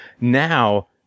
Now